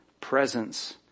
presence